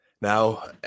Now